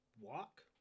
Walk